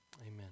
amen